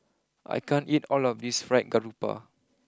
I can't eat all of this Fried Garoupa